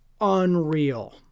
unreal